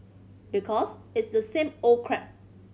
because it's the same old crap